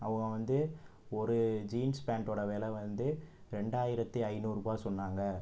அவங்க வந்து ஒரு ஜீன்ஸ் பேண்ட்டோடய வில வந்து ரெண்டாயிரத்தி ஐநூறு ரூபா சொன்னாங்க